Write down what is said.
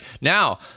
Now